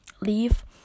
leave